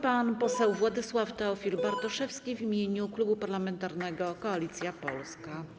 Pan poseł Władysław Teofil Bartoszewski w imieniu Klubu Parlamentarnego Koalicja Polska.